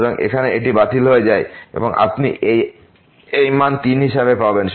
সুতরাং এখানে এটি বাতিল হয়ে যায় এবং আপনি এই মান 3 হিসাবে পাবেন